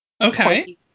Okay